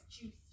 juice